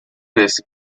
this